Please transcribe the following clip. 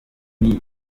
icyo